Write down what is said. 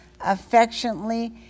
affectionately